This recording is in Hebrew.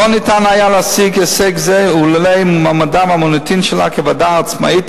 לא ניתן היה להשיג הישג זה אילולא מעמדה והמוניטין שלה כוועדה עצמאית,